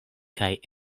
kaj